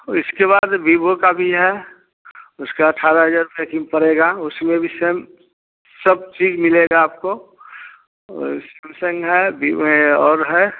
इसके बाद वीवो का भी है उसका अठारह हजार रुपये कीमत पड़ेगा उसमें भी सेम सब चीज मिलेगा आपको वही सैमसंग है वीवो है और है